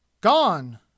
Gone